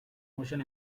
notion